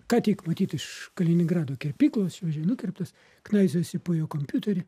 ką tik matyt iš kaliningrado kirpyklos nukirptas knaisiojasi po jo kompiuterį